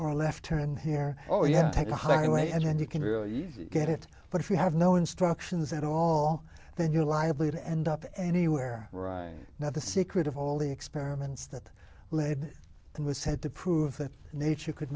or a left turn here oh yeah take the highway and you can really get it but if you have no instructions at all then you're liable to end up anywhere right now the secret of all the experiments that led them was said to prove that nature could